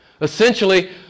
Essentially